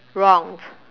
wronged